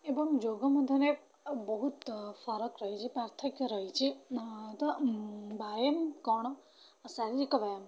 ଏବଂ ଯୋଗ ମଧ୍ୟରେ ବହୁତ ଫରକ ରହିଛି ପାର୍ଥକ୍ୟ ରହିଛି ତ ବ୍ୟାୟାମ କ'ଣ ଶାରୀରିକ ବ୍ୟାୟାମ କ'ଣ